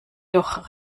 doch